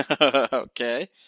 Okay